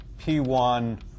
P1